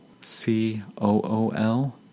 C-O-O-L